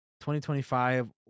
2025